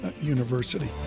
University